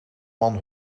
man